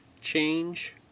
Change